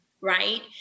right